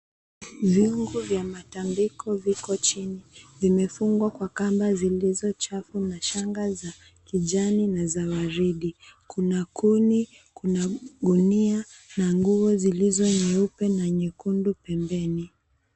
Viungo vya matandiko viko chini, vimefungwa kwa kamba zilizochafu na shanga za kijani na waridi. Kuna kuni, kuna gunia, na nguo zilizo nyeupe na nyekundu pembeni.